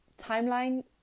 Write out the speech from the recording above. timeline